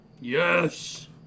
Yes